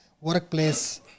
workplace